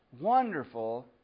wonderful